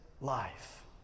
life